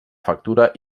factura